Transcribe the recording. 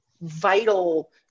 vital